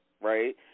Right